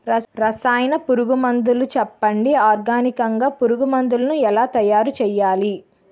రసాయన పురుగు మందులు చెప్పండి? ఆర్గనికంగ పురుగు మందులను ఎలా తయారు చేయాలి?